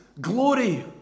glory